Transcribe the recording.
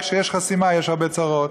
כשיש חסימה יש הרבה צרות.